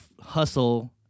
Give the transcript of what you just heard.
hustle